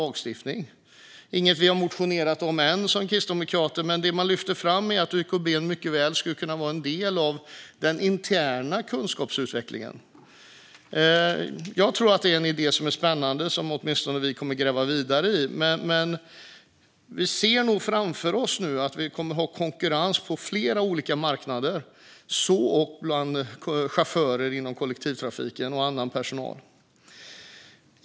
Det är inget vi har motionerat om ännu som kristdemokrater, men det man lyfter fram är att YKB mycket väl skulle kunna vara en del av den interna kunskapsutvecklingen. Detta är en spännande idé som jag tror att åtminstone vi kommer att gräva vidare i. Vi ser nog framför oss nu att vi kommer att ha konkurrens på flera olika marknader, även när det gäller chaufförer och annan personal inom kollektivtrafiken.